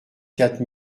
quatre